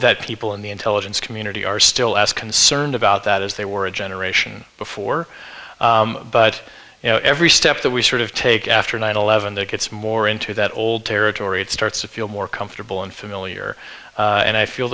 that people in the intelligence community are still asked concerned about that as they were a generation before but you know every step that we sort of take after nine eleven that gets more into that old territory it starts to feel more comfortable and familiar and i feel